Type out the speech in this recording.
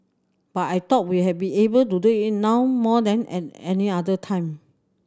but I thought we had be able to do it now more than at any other time